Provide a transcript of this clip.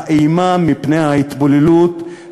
האימה מפני ההתבוללות,